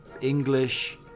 English